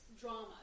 drama